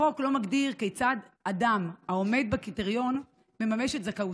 החוק לא מגדיר כיצד אדם העומד בקריטריון מממש את זכאותו.